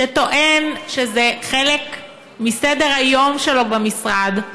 שטוען שזה חלק מסדר-היום שלו במשרד,